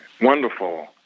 wonderful